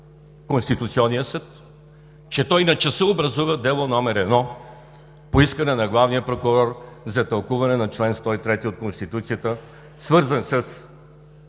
Конституционният съд? Че той начаса образува Дело № 1 по искане на главния прокурор за тълкуване на чл. 103 от Конституцията, свързан с